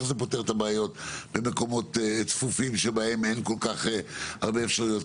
איך זה פותר את הבעיות במקומות צפופים שבהם אין כל כך הרבה אפשרויות.